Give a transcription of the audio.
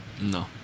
No